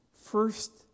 first